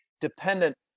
dependent